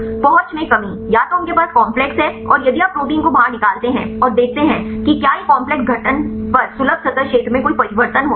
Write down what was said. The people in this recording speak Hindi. पहुंच में कमी या तो उनके पास काम्प्लेक्स है और यदि आप प्रोटीन को बाहर निकालते हैं और देखते हैं कि क्या काम्प्लेक्स गठन पर सुलभ सतह क्षेत्र में कोई परिवर्तन होता है